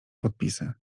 podpisy